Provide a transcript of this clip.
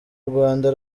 rwanda